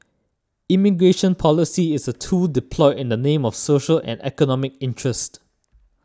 immigration policy is a tool deployed in the name of social and economic interest